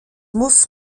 muss